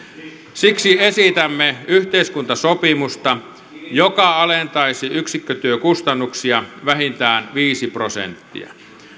siksi esitämme yhteiskuntasopimusta joka alentaisi yksikkötyökustannuksia vähintään viisi prosenttia